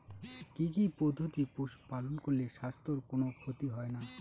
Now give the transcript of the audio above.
কি কি পদ্ধতিতে পশু পালন করলে স্বাস্থ্যের কোন ক্ষতি হয় না?